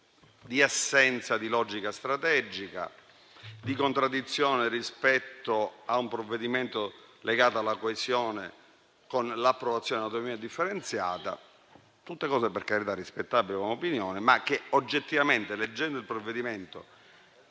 di assenza di logica strategica, di contraddizione rispetto a un provvedimento legato alla coesione con l'approvazione dell'autonomia differenziata, tutte cose - per carità - rispettabili in quanto opinioni, ma se si vuole essere oggettivi, leggendo il provvedimento,